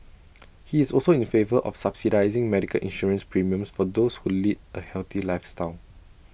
he is also in favour of subsidising medical insurance premiums for those who lead A healthy lifestyle